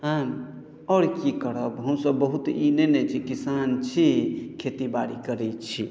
हँ आओर की करब हमसभ बहुत ई नहि ने छी किसान छी खेतीबाड़ी करैत छी